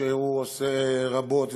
שעושה רבות.